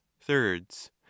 thirds